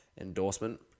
endorsement